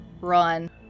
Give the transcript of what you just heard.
run